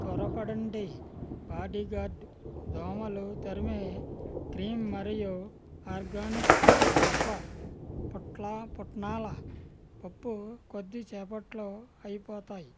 త్వరపడండి బాడీగార్డ్ దోమలు తరిమే క్రీమ్ మరియు ఆర్గానిక్ తత్వ పుట్ల పుట్నాల పప్పు కొద్దిసేపట్లో అయిపోతాయి